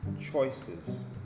Choices